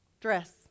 dress